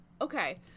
Okay